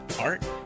art